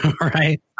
right